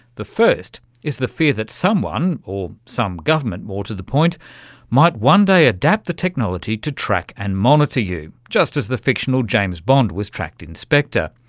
the first is the fear that someone or some government, more to the point might one day adapt the technology to track and monitor you, just as the fictional james bond was tracked in spectre.